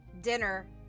dinner